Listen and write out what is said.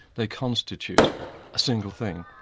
they constitute a single thing.